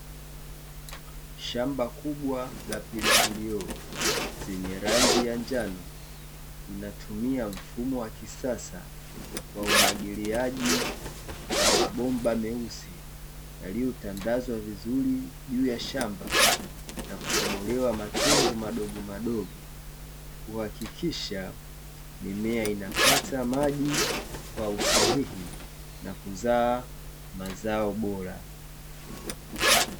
Shamba kubwa la pilipili hoho zenye rangi ya njano, inatumia mfumo wa kisasa wa umwagiliaji kwa mabomba meusi yaliyotandazwa vizuri juu ya shamba na kutobolewa matundu madogomadogo kuhakikisha mimea inapata maji kwa usahihi na kuzaa mazao bora.